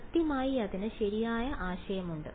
കൃത്യമായി അതിന് ശരിയായ ആശയമുണ്ട്